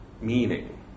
meaning